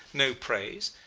no praise.